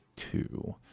Two